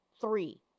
Three